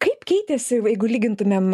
kaip keitėsi jeigu lygintumėm